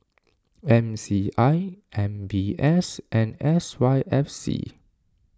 M C I M B S and S Y F C